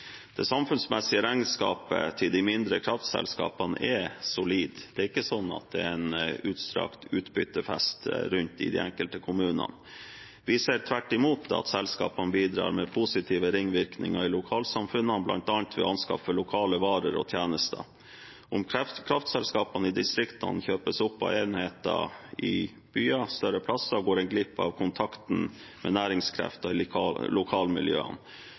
Det samfunnsmessige regnskapet til de mindre kraftselskapene er solid. Det er ikke sånn at det er en utstrakt utbyttefest rundt i de enkelte kommunene. Vi ser tvert imot at selskapene bidrar med positive ringvirkninger i lokalsamfunnene, bl.a. ved å anskaffe lokale varer og tjenester. Om kraftselskapene i distriktene kjøpes opp av enheter i byer, større plasser, går en glipp av kontakten med næringskrefter i lokalmiljøene.